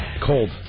Cold